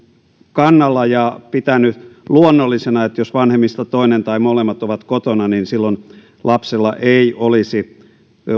kannalla ja pitänyt luonnollisena että jos vanhemmista toinen tai molemmat ovat kotona niin silloin lapsella ei olisi